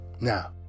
Now